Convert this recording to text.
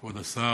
כבוד השר,